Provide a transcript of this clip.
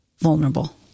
vulnerable